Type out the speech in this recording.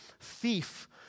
thief